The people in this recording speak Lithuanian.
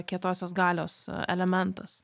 kietosios galios elementas